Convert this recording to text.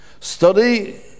Study